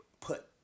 put